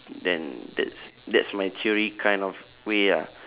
then that's that's my theory kind of way ah